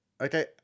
Okay